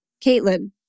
Caitlin